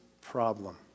problem